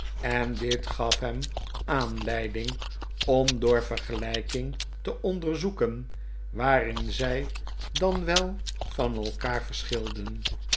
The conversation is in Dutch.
en dit gaf hem aanleiding om door vergelijking te onderzoeken waarin zij dan wel van elkaar verschilden